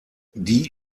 die